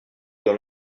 dans